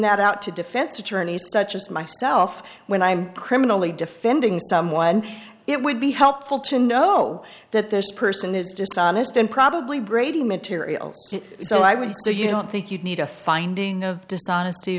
that out to defense attorney such as myself when i'm criminally defending someone it would be helpful to know that this person is dishonest and probably brady material so i would say you don't think you need a finding of dishonesty